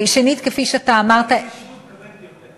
חטיבת ההתיישבות מקבלת יותר.